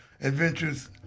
Adventures